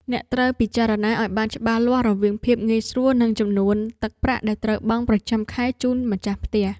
អ្នកត្រូវពិចារណាឱ្យបានច្បាស់លាស់រវាងភាពងាយស្រួលនិងចំនួនទឹកប្រាក់ដែលត្រូវបង់ប្រចាំខែជូនម្ចាស់ផ្ទះ។